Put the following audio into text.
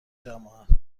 جماعت